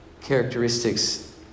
characteristics